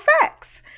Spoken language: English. facts